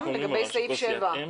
לגבי סעיף 7,